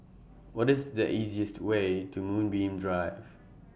What IS The easiest Way to Moonbeam Drive